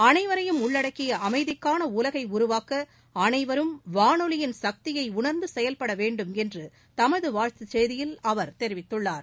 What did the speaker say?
அனைவரையும் உள்ளடக்கிய அமைதிக்கான உலகை உருவாக்க அனைவரும் வானொலியின் சக்தியை உணர்ந்து செயல்பட வேண்டும் என்று தமது வாழ்த்துச் செய்தியில் அவர் தெரிவித்துள்ளார்